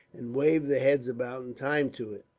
and wave their heads about in time to it.